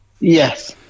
Yes